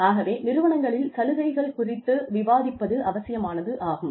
ஆகவே நிறுவனங்களில் சலுகைகள் குறித்து விவாதிப்பது அவசியமானதாகும்